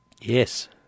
Yes